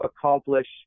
accomplish